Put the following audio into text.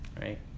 right